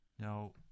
Now